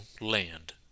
land